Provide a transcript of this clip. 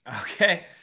Okay